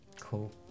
Cool